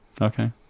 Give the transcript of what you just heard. Okay